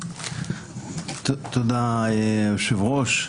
תודה, היושב-ראש.